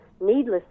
needlessly